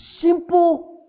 Simple